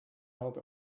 hope